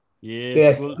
Yes